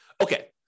Okay